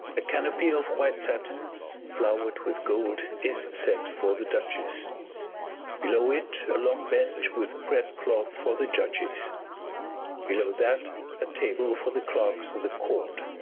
a canopy of white satin flowered with gold is set for the duchess below it a long bench with red cloth for the judges below that a table for the clerks of the court.